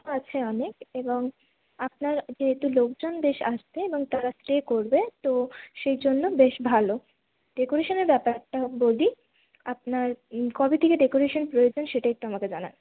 জায়গা আছে অনেক এবং আপনার যেহেতু লোকজন বেশ আসবে তো তারা স্টে করবে তো সেই জন্য বেশ ভালো ডেকোরেশনের ব্যপারটা বলি আপনার কবে থেকে ডেকোরেশন প্রয়োজন সেটা একটু আমাকে জানান